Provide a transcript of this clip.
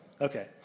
Okay